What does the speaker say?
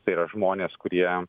tai yra žmonės kurie